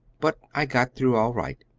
but i got through all right.